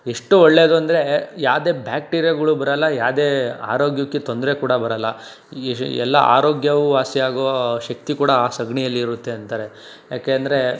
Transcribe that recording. ಎಷ್ಟು ಒಳ್ಳೆಯದು ಅಂದರೆ ಯಾವುದೇ ಬ್ಯಾಕ್ಟೀರಿಯಾಗಳು ಬರಲ್ಲ ಯಾವುದೇ ಆರೋಗ್ಯಕ್ಕೆ ತೊಂದರೆ ಕೂಡ ಬರಲ್ಲ ಎಲ್ಲ ಆರೋಗ್ಯವೂ ವಾಸಿ ಆಗೋ ಶಕ್ತಿ ಕೂಡ ಆ ಸಗಣಿಯಲ್ಲಿರುತ್ತೆ ಅಂತಾರೆ ಏಕೆ ಅಂದರೆ